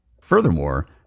Furthermore